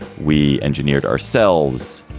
we engineered ourselves.